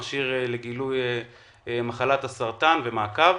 מכשיר לגילוי מחלת הסרטן ומעקב.